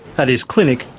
at his clinic,